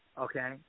okay